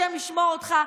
השם ישמור אותך.